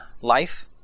life